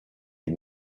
des